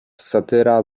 satyra